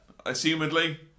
Assumedly